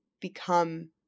become